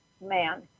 man